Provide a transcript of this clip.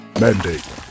Mandate